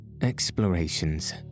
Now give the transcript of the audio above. Explorations